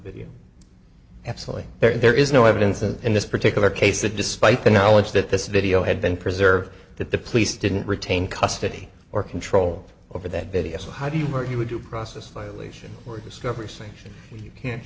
video absolutely there is no evidence of in this particular case the despite the knowledge that this video had been preserved that the police didn't retain custody or control over that video so how do you where you were due process violation or discovery sanction if you can't